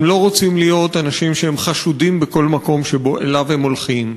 הם לא רוצים להיות אנשים חשודים בכל מקום שאליו הם הולכים.